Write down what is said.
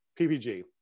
PPG